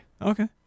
Okay